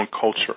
culture